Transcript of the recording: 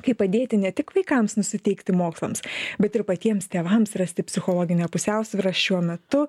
kaip padėti ne tik vaikams nusiteikti mokslams bet ir patiems tėvams rasti psichologinę pusiausvyrą šiuo metu